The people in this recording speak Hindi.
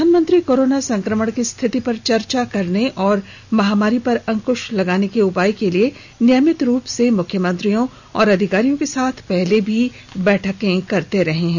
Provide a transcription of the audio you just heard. प्रधानमंत्री कोरोना संक्रमण की स्थिति पर चर्चा करने और महामारी पर अंकुश लगाने के उपाय के लिए नियमित रूप से मुख्यमंत्रियों और अधिकारियों के साथ पहले भी बैठकें करते रहे हैं